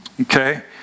Okay